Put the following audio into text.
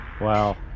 Wow